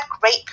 great